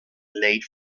late